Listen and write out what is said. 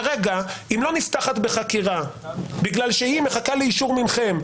כרגע אם לא נפתחת בחקירה בגלל שהיא מחכה לאישור מכם,